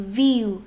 view